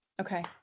Okay